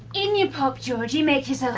in you pop, georgie. make yourself